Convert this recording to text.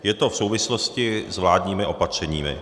Je to v souvislosti s vládními opatřeními.